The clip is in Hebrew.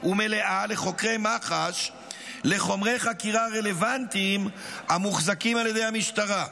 ומלאה לחוקרי מח"ש לחומרי חקירה רלוונטיים המוחזקים על ידי המשטרה,